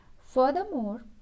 Furthermore